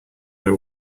know